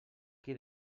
qui